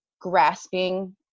grasping